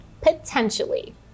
Potentially